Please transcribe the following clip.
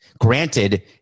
Granted